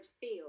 feel